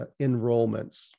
enrollments